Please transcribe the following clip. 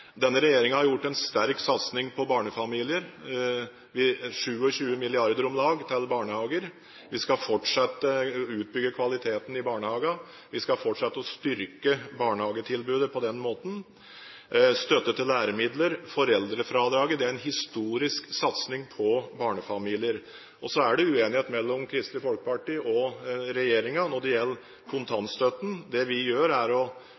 Denne regjeringen har gjort en sterk satsing på barnefamilier – om lag 27 mrd. kr til barnehager. Vi skal fortsette å utbygge kvaliteten i barnehagene. Vi skal fortsette å styrke barnehagetilbudet på den måten – støtte til læremidler, foreldrefradraget. Det er en historisk satsing på barnefamilier. Så er det uenighet mellom Kristelig Folkeparti og regjeringen når det gjelder kontantstøtten. Det vi gjør, er å